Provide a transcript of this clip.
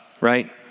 right